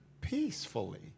peacefully